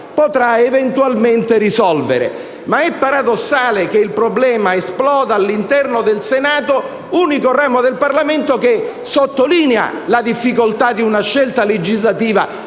potrà eventualmente risolvere. Ma è paradossale che il problema esploda all'interno del Senato, unico ramo del Parlamento che sottolinea la difficoltà di una scelta legislativa